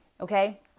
okay